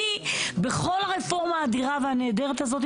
אני בכל הרפורמה האדירה והנהדרת הזאת,